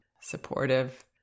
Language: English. supportive